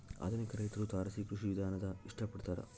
ಆಧುನಿಕ ರೈತ್ರು ತಾರಸಿ ಕೃಷಿ ವಿಧಾನಾನ ಇಷ್ಟ ಪಡ್ತಾರ